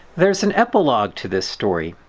there is an epilogue to this story.